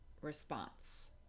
response